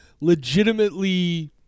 legitimately